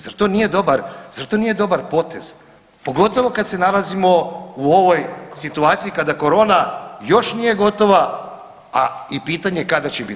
Zar to nije dobar, zar to nije dobar potez, pogotovo kad se nalazimo u ovoj situaciji kada korona još nije gotova, a i pitanje je kada će bit.